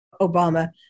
Obama